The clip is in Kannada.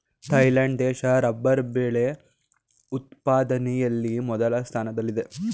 ಥಾಯ್ಲೆಂಡ್ ದೇಶ ರಬ್ಬರ್ ಬೆಳೆ ಉತ್ಪಾದನೆಯಲ್ಲಿ ಮೊದಲ ಸ್ಥಾನದಲ್ಲಿದೆ